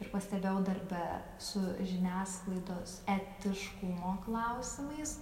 ir pastebėjau darbe su žiniasklaidos etiškumo klausimais